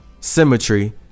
symmetry